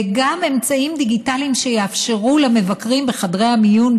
וגם אמצעים דיגיטליים שיאפשרו למבקרים בחדרי המיון,